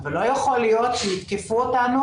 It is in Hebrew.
אבל לא יכול להיות שיתקפו אותנו